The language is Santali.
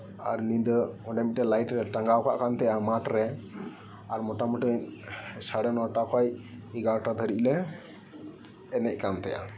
ᱟᱨ ᱧᱤᱫᱟᱹ ᱚᱸᱰᱮ ᱢᱤᱫᱴᱮᱡ ᱞᱟᱭᱤᱴᱞᱮ ᱴᱟᱸᱜᱟᱣ ᱠᱟᱜ ᱠᱟᱱᱛᱟᱦᱮᱱᱟ ᱢᱟᱴᱨᱮ ᱟᱨ ᱢᱚᱴᱟᱢᱚᱴᱤ ᱥᱟᱲᱮᱱᱚᱴᱟ ᱠᱷᱚᱡ ᱮᱜᱟᱨᱚᱴᱟ ᱫᱷᱟᱹᱵᱤᱡᱞᱮ ᱮᱱᱮᱡ ᱠᱟᱱᱛᱟᱦᱮᱸᱜᱼᱟ